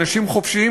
אנשים חופשיים,